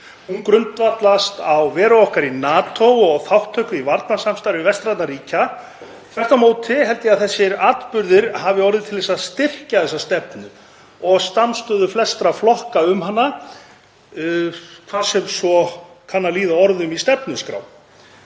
Hún grundvallast á veru okkar í NATO og þátttöku í varnarsamstarfi vestrænna ríkja. Þvert á móti held ég að þessir atburðir hafi orðið til þess að styrkja þessa stefnu og samstöðu flestra flokka um hana, hvað sem svo kann að líða orðum í stefnuskrá.